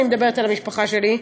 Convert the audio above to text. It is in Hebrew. אני מדברת על המשפחה שלי.